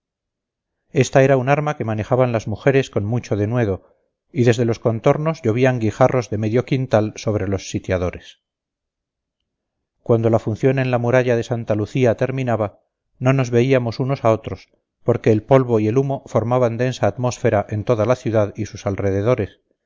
esta era un arma que manejaban las mujeres con mucho denuedo y desde los contornos llovían guijarros de medio quintal sobre los sitiadores cuando la función en la muralla de santa lucía terminaba no nos veíamos unos a otros porque el polvo y el humo formaban densa atmósfera en toda la ciudad y sus alrededores